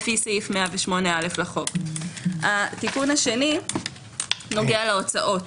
לפי סעיף 108א לחוק; התיקון השני נוגע להוצאות.